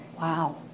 Wow